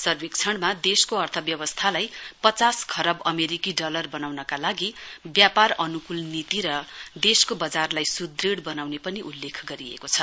सर्वेक्षणमा देशको अर्थव्यवस्थालाई पचास खरब अमेरिकी डलर बनाउनका लागि व्यपार अनुकूल नीति र देशको बजारलाई सुदृढ़ बनाउने पनि उल्लेख गरिएको छ